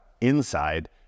inside